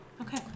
Okay